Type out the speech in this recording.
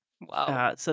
Wow